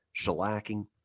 shellacking